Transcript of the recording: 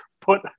put